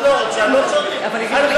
את לא רוצה, לא צריך.